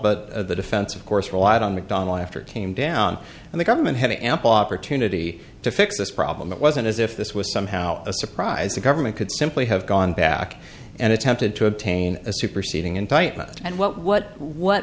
but the defense of course relied on mcdonnell after it came down and the government had ample opportunity to fix this problem it wasn't as if this was somehow a surprise the government could simply have gone back and attempted to obtain a superseding indictment and what what what